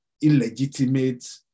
illegitimate